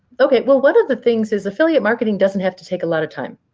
ok. well, one of the things is affiliate marketing doesn't have to take a lot of time.